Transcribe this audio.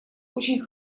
очень